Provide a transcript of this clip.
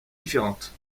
différente